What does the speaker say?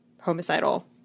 homicidal